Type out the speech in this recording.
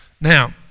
Now